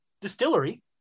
distillery